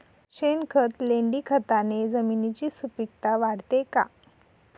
शेणखत, लेंडीखताने जमिनीची सुपिकता वाढते का?